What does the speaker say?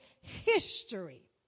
history